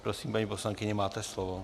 Prosím, paní poslankyně, máte slovo.